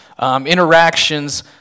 interactions